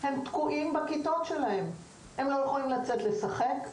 הם תקועים בכיתות שלהם, ולא יכולים לצאת לשחק.